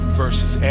versus